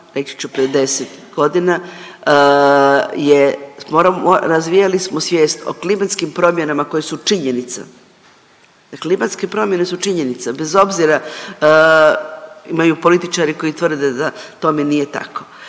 reći ću pred 10.g. je, razvijali smo svijest o klimatskim promjenama koje su činjenica, dakle klimatske promjene su činjenica bez obzira, imaju političari koji tvrde da tome nije tako,